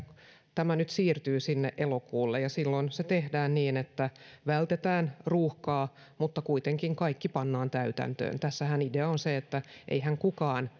tämä siirtyy nyt sinne elokuulle ja silloin se tehdään niin että vältetään ruuhkaa mutta kuitenkin kaikki pannaan täytäntöön tässähän idea on se että ei kukaan